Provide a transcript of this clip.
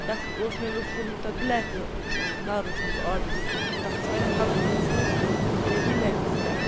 تَتھ اوس مےٚ مےٚ اوس کوٚرمُت تَتھ بٕلیک کَلرَس منٛز آرڈَر سُہ اوس تَتھ ٲسۍ واریاہ کَلَر تَتہِ تھَس ہٲیِتھ مےٚ کَرے بٕلیکَس پٮ۪ٹھ